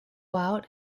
out